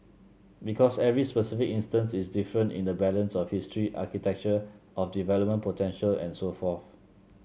because every specific instance is different in the balance of history architecture of development potential and so forth